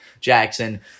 Jackson